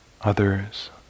others